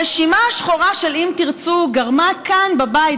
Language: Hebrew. הרשימה השחורה של אם תרצו גרמה כאן בבית